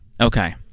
okay